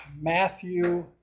Matthew